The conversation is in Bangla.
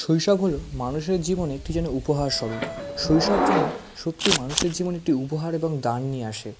শৈশব হলো মানুষের জীবনে একটি যেন উপহারস্বরূপ শৈশব যেন সত্যিই মানুষের জীবনে একটি উপহার এবং দান নিয়ে আসে